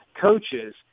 coaches